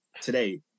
today